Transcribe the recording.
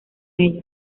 ellos